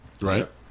right